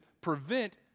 prevent